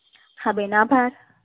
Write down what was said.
હા બેન આભાર